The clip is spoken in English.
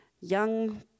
young